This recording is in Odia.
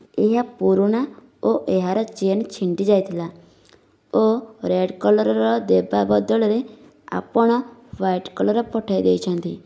ଏହା ପୁରୁଣା ଓ ଏହାର ଚେନ୍ ଛିଣ୍ଡି ଯାଇଥିଲା ଓ ରେଡ଼୍ କଲର୍ର ଦେବା ବଦଳରେ ଆପଣ ହ୍ୱାଇଟ୍ କଲର୍ର ପଠାଇ ଦେଇଛନ୍ତି